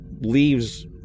leaves